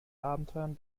abenteuern